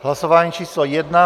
Hlasování číslo 1.